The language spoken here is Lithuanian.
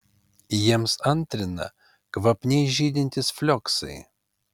jiems antrina kvapniai žydintys flioksai